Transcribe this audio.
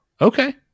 Okay